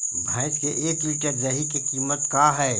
भैंस के एक लीटर दही के कीमत का है?